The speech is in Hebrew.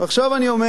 ועכשיו אני אומר